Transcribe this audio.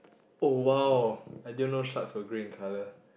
oh !wow! I didn't know sharks were grey in colour